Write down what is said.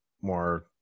more